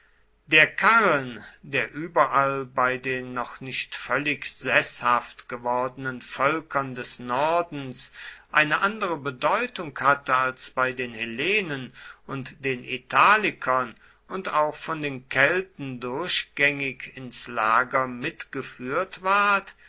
der karren der überall bei den noch nicht völlig seßhaft gewordenen völkern des nordens eine andere bedeutung hatte als bei den hellenen und den italikern und auch von den kelten durchgängig ins lager mitgeführt ward